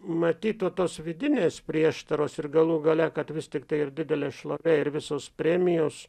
matyt vo tos vidinės prieštaros ir galų gale kad vis tiktai ir didelė šlovė ir visos premijos